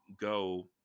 go